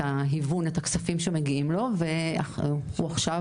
ההיוון את הכספים שמגיעים לו והוא עכשיו,